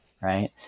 right